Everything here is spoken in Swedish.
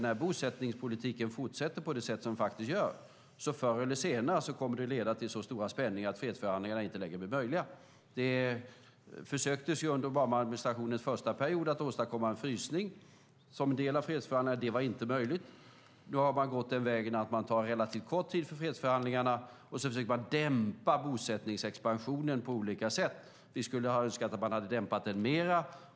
När bosättningspolitiken fortsätter på det sätt som den gör kommer det förr eller senare att leda till så stora spänningar att fredsförhandlingarna inte längre blir möjliga. Under Ombamaadministrationens första period försökte man att åstadkomma en frysning som en del av fredsförhandlingarna. Det var inte möjligt. Nu har man gått den vägen att man tar relativt kort tid för fredsförhandlingarna och försöker dämpa bosättningsexpansionen på olika sätt. Vi hade önskat att man dämpat den mer.